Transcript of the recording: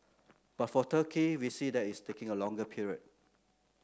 but for Turkey we see that its taking a longer period